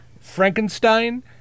Frankenstein